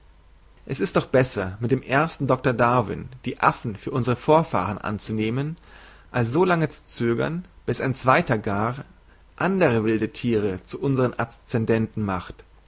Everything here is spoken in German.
es doch besser mit dem ersten doktor darwin die affen für unsere vorfahren anzunehmen als so lange zu zögern bis ein zweiter gar andere wilde thiere zu unsern adscendenten macht